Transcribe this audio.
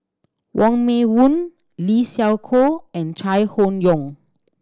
Wong Meng Voon Lee Siew Choh and Chai Hon Yoong